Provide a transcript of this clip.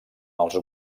els